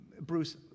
Bruce